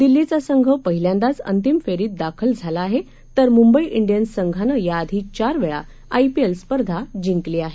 दिल्लीचा संघ पहिल्यांदाच अंतिम फेरीत दाखल झाला आहे तर मुंबई इंडियन्स संघानं याआधी चार वेळा आयपीएल स्पर्धा जिंकली आहे